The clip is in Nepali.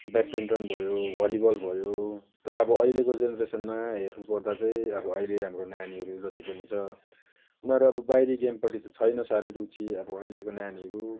ब्याडमिन्टन भयो भलिबल भयो तर अब अहिलेको जेनरेसनमा हेर्नुपर्दा चाहिँ अब अहिले अब नानीहरू जति पनि छ उनीहरू अब बाहिरी गेमपट्टि त छैन साह्रै रुचि अब अहिलेको नानीहरू